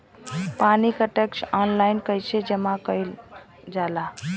पानी क tax online कईसे जमा कईल जाला?